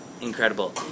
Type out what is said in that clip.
incredible